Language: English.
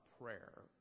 prayer